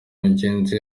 mugenzi